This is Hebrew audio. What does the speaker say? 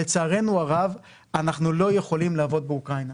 לצערנו הרב אנחנו לא יכולים לעבוד באוקראינה,